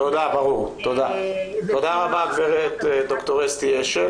תודה רבה ד"ר אסתי אשל.